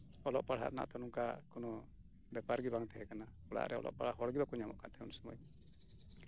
ᱚᱞᱚᱜ ᱯᱟᱲᱦᱟᱜ ᱨᱮᱱᱟᱜ ᱱᱚᱝᱠᱟ ᱠᱳᱱᱳ ᱵᱮᱯᱟᱨ ᱜᱮ ᱵᱟᱝ ᱛᱟᱦᱮᱸ ᱠᱟᱱᱟ ᱚᱲᱟᱜ ᱨᱮ ᱚᱞᱚᱜ ᱯᱟᱲᱦᱟᱣ ᱦᱚᱲᱜᱮ ᱵᱟᱠᱚ ᱧᱟᱢᱚᱜ ᱠᱟᱱ ᱛᱟᱦᱮᱸᱫ ᱩᱱ ᱥᱳᱢᱳᱭ